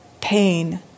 pain